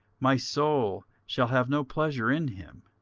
my soul shall have no pleasure in him.